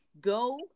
go